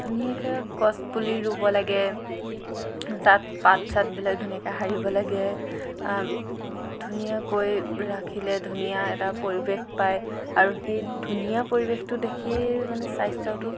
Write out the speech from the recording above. ধুনীয়াকৈ গছ পুলি ৰুব লাগে তাত পাত চাতবিলাক ধুনীয়াকৈ সাৰিব লাগে ধুনীয়াকৈ ৰাখিলে ধুনীয়া এটা পৰিৱেশ পায় আৰু সেই ধুনীয়া পৰিৱেশটো দেখি মানে স্বাস্থ্যটো